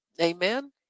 Amen